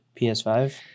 PS5